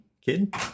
kid